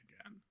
again